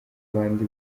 abandi